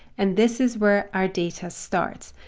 and this is where our data starts.